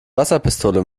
wasserpistole